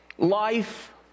Life